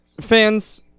fans